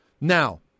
Now